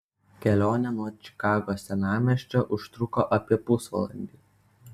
kelionė nuo čikagos senamiesčio užtruko apie pusvalandį